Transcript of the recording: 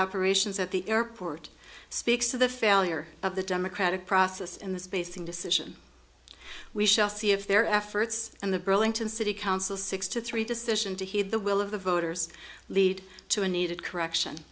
operations at the airport speaks to the failure of the democratic process in this basing decision we shall see if their efforts and the burlington city council six to three decision to heed the will of the voters lead to a needed correction